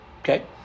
Okay